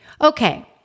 Okay